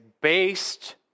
based